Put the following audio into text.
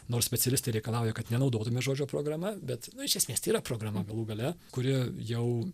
nors specialistai reikalauja kad nenaudotume žodžio programa bet iš esmės tai yra programa galų gale kuri jau